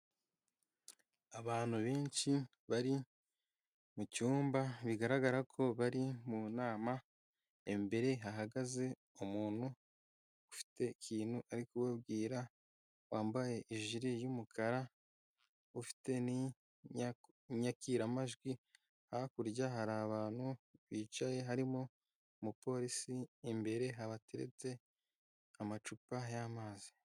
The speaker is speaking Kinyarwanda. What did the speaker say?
Abantu benshi bari mu cyumba, bigaragara ko bari mu nama, imbere hahagaze umuntu ufite ikintu ari kubabwira, wambaye ijiri y'umukara, ufite n'inyakiramajwi, hakurya hari abantu bicaye, harimo umupolisi, imbere habateretse amacupa y'amazi